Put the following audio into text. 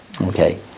Okay